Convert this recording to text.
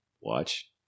watch